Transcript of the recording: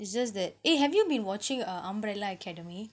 it's just that eh have you been watching uh umbrella academy